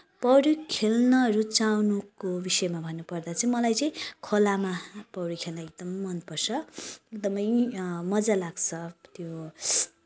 पौडी खेल्न रुचाउनुको विषयमा भन्नपर्दा चाहिँ मलाई चाहिँ खोलामा पौडी खेल्न एकदमै मनपर्छ एकदमै मजा लाग्छ त्यो